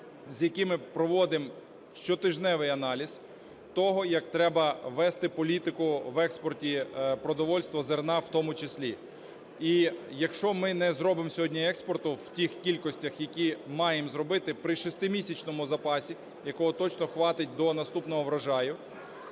з якими проводимо щотижневий аналіз того, як треба вести політику в експорті продовольства зерна в тому числі. І якщо ми не зробимо сьогодні експорту в тих кількостях, які маємо зробити при 6-місячному запасі, якого точно хватить до наступного врожаю,